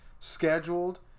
Scheduled